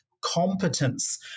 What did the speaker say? competence